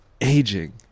aging